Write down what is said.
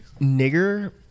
nigger